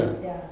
ya